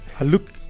look